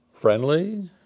Friendly